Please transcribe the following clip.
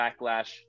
backlash